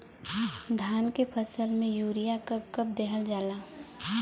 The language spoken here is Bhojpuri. धान के फसल में यूरिया कब कब दहल जाला?